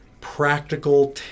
practical